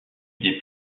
des